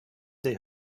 they